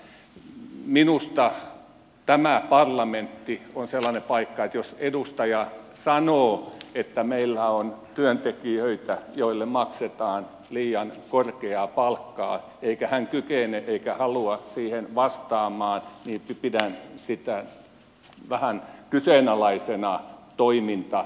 minusta tämä parlamentti on sellainen paikka että jos edustaja sanoo että meillä on työntekijöitä joille maksetaan liian korkeaa palkkaa eikä hän kykene eikä halua siihen vastata niin pidän sitä vähän kyseenalaisena toimintatapana